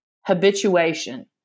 habituation